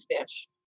fish